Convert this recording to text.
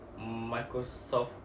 Microsoft